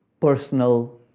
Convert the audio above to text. personal